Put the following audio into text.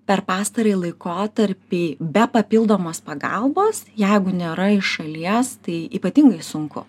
per pastarąjį laikotarpį be papildomos pagalbos jeigu nėra iš šalies tai ypatingai sunku